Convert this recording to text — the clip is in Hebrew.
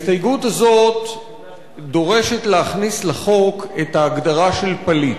ההסתייגות הזאת דורשת להכניס לחוק את ההגדרה של "פליט",